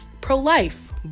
pro-life